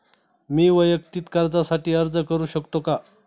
मी वैयक्तिक कर्जासाठी अर्ज करू शकतो का?